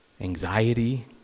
anxiety